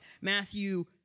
Matthew